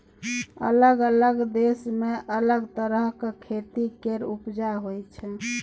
अलग अलग देश मे अलग तरहक खेती केर उपजा होइ छै